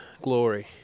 glory